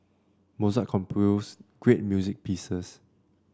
Mozart composed great music pieces